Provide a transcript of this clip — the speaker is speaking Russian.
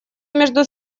между